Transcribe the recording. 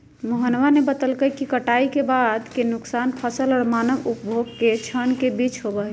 मोहनवा ने बतल कई कि कटाई के बाद के नुकसान फसल और मानव उपभोग के क्षण के बीच होबा हई